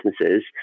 businesses